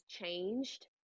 changed